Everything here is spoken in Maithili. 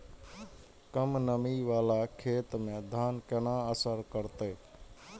कम नमी वाला खेत में धान केना असर करते?